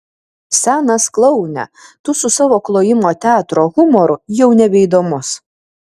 senas kloune tu su savo klojimo teatro humoru jau nebeįdomus